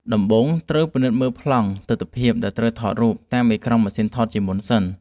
ដំបូងត្រូវពិនិត្យមើលប្លង់ទិដ្ឋភាពដែលត្រូវថតរូបតាមកអេក្រង់ម៉ាស៊ីនថតជាមុនសិន។